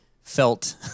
felt